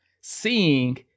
seeing